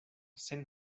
sen